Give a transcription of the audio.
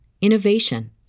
innovation